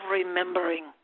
remembering